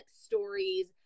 stories